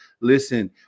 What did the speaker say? Listen